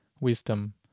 wisdom